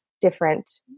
different